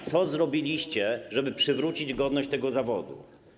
Co zrobiliście, żeby przywrócić godność tego zawodu?